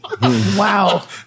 Wow